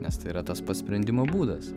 nes tai yra tas pats sprendimo būdas